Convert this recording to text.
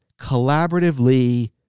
collaboratively